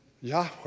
Yahweh